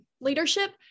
leadership